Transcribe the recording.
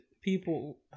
people